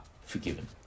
forgiven